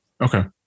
Okay